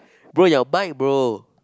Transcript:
bro your mic bro